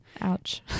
ouch